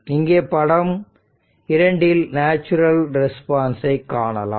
இங்கே படம் இரண்டில் நேச்சுரல் ரெஸ்பான்ஸை காணலாம்